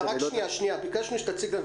ביקשנו שתציג.